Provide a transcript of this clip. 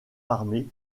armé